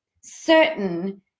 certain